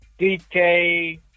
DK